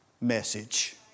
message